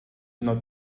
not